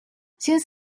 since